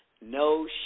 No